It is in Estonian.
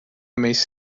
meist